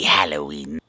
Halloween